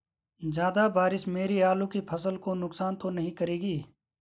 ज़्यादा बारिश मेरी आलू की फसल को नुकसान तो नहीं करेगी?